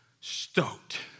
stoked